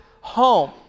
home